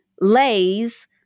Lay's